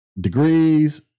degrees